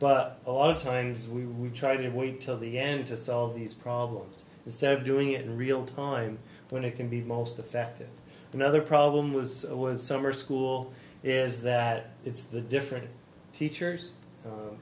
but a lot of times we we try to wait till the end to solve these problems instead of doing it in real time when they can be most effective another problem was when summer school is that it's the different teachers